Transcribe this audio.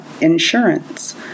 insurance